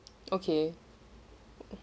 okay